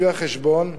לפי החשבון,